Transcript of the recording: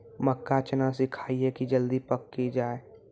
मक्का चना सिखाइए कि जल्दी पक की जय?